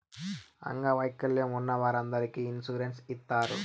అంగవైకల్యం ఉన్న వారందరికీ ఇన్సూరెన్స్ ఇత్తారు